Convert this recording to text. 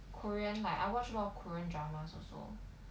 korean like I watch a lot of korean dramas also